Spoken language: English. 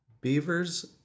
Beavers